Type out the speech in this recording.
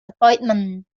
appointments